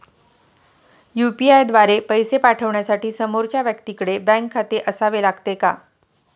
UPI द्वारा पैसे पाठवण्यासाठी समोरच्या व्यक्तीकडे बँक खाते असावे लागते का?